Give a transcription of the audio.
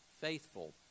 faithful